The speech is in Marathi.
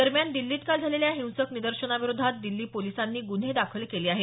दरम्यान दिछीत काल झालेल्या हिंसक निदर्शनाविरोधात दिछी पोलिसांनी गुन्हे दाखल केले आहेत